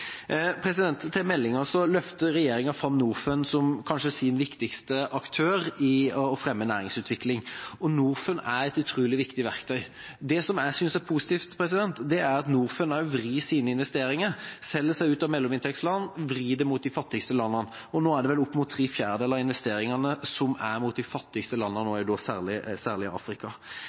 Til meldinga: Regjeringa løfter fram Norfund som kanskje sin viktigste aktør i det å fremme næringsutvikling. Norfund er et utrolig viktig verktøy. Det jeg synes er positivt, er at Norfund også vrir sine investeringer, selger seg ut av mellominntektsland, vrir det mot de fattigste landene. Nå er vel opp mot tre fjerdedeler av investeringene rettet mot de fattigste landene, da særlig i Afrika. Det er riktig å selge seg ut og frigjøre store summer, så de kan skape investering i